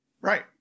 Right